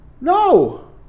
No